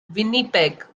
winnipeg